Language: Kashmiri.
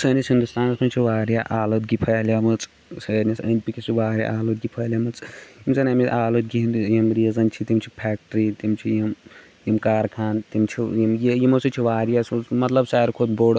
سٲنِس ہندستانَس منٛز چھِ واریاہ آلودگی پھٔہلے مٕژ سٲنِس أنٛدۍ پٔکِس چھ واریاہ آلودگی پھٔہلے مٕژ یِم زَن اَمہِ آلودگی ہٕنٛدۍ یِم ریٖزن چھِ تِم چھِ فیکَٹری تِم چھِ یِم یِم کارخان تِم چھِ یِم یا یِمو سۭتۍ چھِ واریاہ مطلب ساروی کھۄتہٕ بوٚڑ